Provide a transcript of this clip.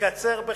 התקצר בחצי.